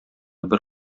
бер